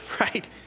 right